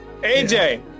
AJ